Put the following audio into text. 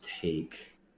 take